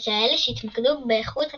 בכאלה שהתמקדו באיכות הכתיבה,